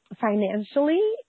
financially